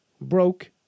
broke